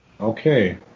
Okay